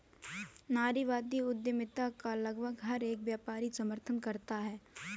नारीवादी उद्यमिता का लगभग हर एक व्यापारी समर्थन करता है